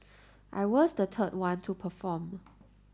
I was the third one to perform